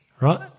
right